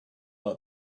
out